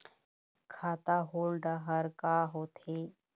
खाता होल्ड हर का होथे?